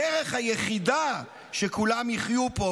הדרך היחידה שכולם יחיו פה,